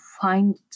find